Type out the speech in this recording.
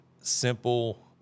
simple